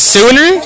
Sooner